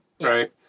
right